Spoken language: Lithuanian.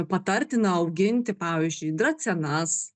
patartina auginti pavyzdžiui dracenas